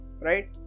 right